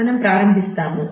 మనం ప్రారంభిస్తాము